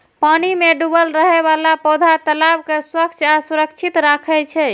पानि मे डूबल रहै बला पौधा तालाब कें स्वच्छ आ संतुलित राखै छै